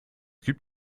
gibt